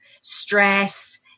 stress